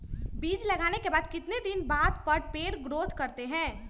बीज लगाने के बाद कितने दिन बाद पर पेड़ ग्रोथ करते हैं?